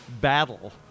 battle